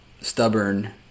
stubborn